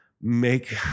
make